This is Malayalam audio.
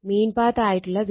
മീൻ പാത്ത് ആയിട്ടുള്ള 0